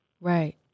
Right